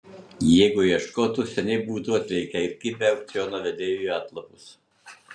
jeigu ieškotų seniai būtų atlėkę ir kibę aukciono vedėjui į atlapus